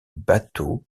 bateau